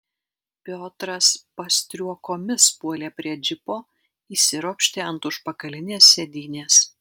piotras pastriuokomis puolė prie džipo įsiropštė ant užpakalinės sėdynės